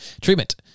Treatment